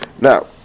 now